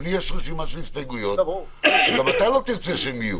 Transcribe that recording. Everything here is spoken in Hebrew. גם לי יש רשימה של הסתייגויות שגם אתה לא תרצה אותן.